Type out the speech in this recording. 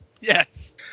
Yes